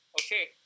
okay